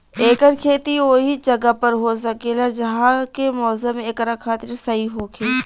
एकर खेती ओहि जगह पर हो सकेला जहा के मौसम एकरा खातिर सही होखे